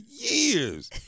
years